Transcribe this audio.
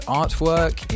artwork